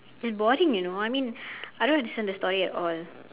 it's boring you know I mean I don't understand the story at all